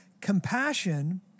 Compassion